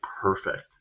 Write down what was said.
perfect